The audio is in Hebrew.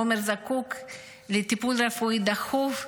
עומר זקוק לטיפול רפואי דחוף.